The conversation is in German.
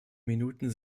minuten